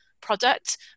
product